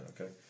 okay